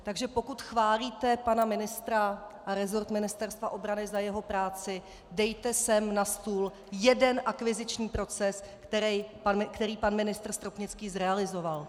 Takže pokud chválíte pana ministra a resort Ministerstva obrany za jeho práci, dejte sem na stůl jeden akviziční proces, který pan ministr Stropnický zrealizoval.